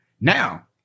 Now